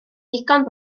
ddigon